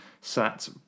sat